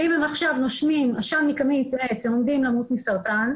שאם הם עכשיו נושמים עשן מקמין עץ הם עומדים למות מסרטן.